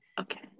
Okay